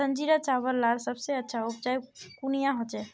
संजीरा चावल लार सबसे अच्छा उपजाऊ कुनियाँ होचए?